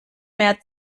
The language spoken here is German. mehr